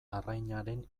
arrainaren